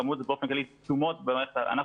כמות זה באופן כללי תשומות במערכת החינוך.